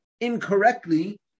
incorrectly